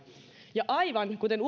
ja aivan kuten